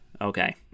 Okay